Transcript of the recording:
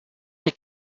take